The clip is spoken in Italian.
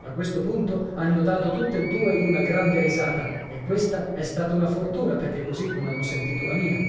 a questo punto hanno dato tutt'e due in una grande risata e questa è stata una fortuna perché così non hanno sentito la mia